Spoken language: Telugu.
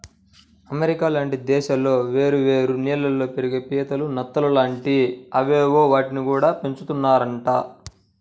అమెరికా లాంటి దేశాల్లో వేరే వేరే నీళ్ళల్లో పెరిగే పీతలు, నత్తలు లాంటి అవేవో వాటిని గూడా పెంచుతున్నారంట